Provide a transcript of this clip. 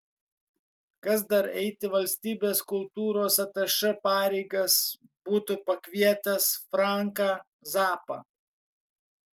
kas dar eiti valstybės kultūros atašė pareigas būtų pakvietęs franką zappą